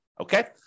Okay